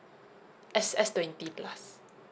S S twenty plus